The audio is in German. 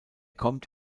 kommt